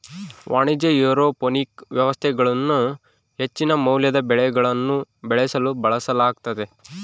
ವಾಣಿಜ್ಯ ಏರೋಪೋನಿಕ್ ವ್ಯವಸ್ಥೆಗಳನ್ನು ಹೆಚ್ಚಿನ ಮೌಲ್ಯದ ಬೆಳೆಗಳನ್ನು ಬೆಳೆಸಲು ಬಳಸಲಾಗ್ತತೆ